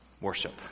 worship